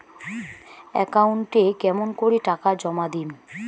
একাউন্টে কেমন করি টাকা জমা দিম?